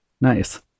Nice